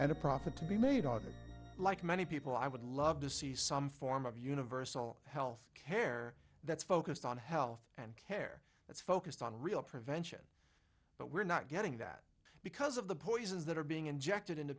and a profit to be made on it like many people i would love to see some form of universal health care that's focused on health and care that's focused on real prevention but we're not getting that because of the poisons that are being injected into